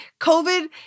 COVID